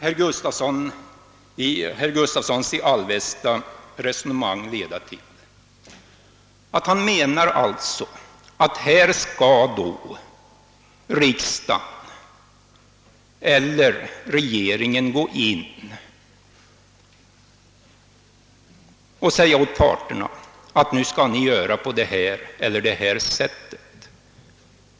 Herr Gustavssons i Alvesta resonemang måste leda till att han menar att riksdagen eller regeringen skall säga åt parterna att göra så eller så.